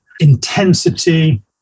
Intensity